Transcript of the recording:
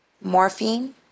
morphine